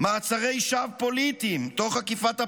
מעצרי שווא פוליטיים תוך עקיפת הפרקליטות,